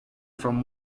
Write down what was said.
from